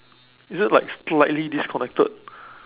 is it like slightly disconnected